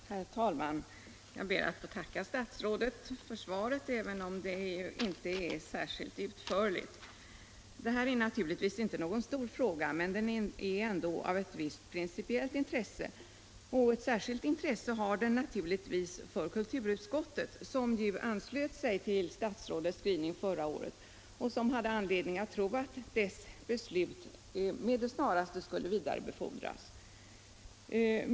Herr talman! Jag ber att få tacka statsrådet för svaret, även om det inte är särskilt utförligt. Det här är naturligtvis inte någon stor fråga, men den är ändå av ett visst principiellt intresse. Särskilt intresse har den naturligtvis för kulturutskottet, som anslöt sig till statsrådets skrivning förra året och som hade anledning tro att dess beslut med det snaraste skulle vidarebefordras.